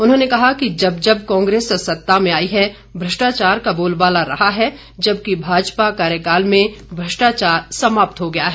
उन्होंने कहा कि जब जब कांग्रेस सत्ता में आई है भ्रष्टाचार का बोलबाला रहा है जबकि भाजपा कार्यकाल में भ्रष्टाचार समाप्त हो गया है